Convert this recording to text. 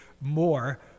more